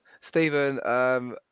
Stephen